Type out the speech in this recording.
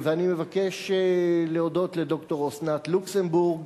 אני מבקש להודות לד"ר אסנת לוקסמבורג,